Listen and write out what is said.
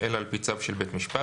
אלא על פי צו של בית משפט,